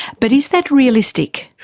but is that realistic?